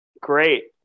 Great